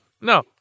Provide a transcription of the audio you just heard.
No